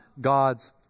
God's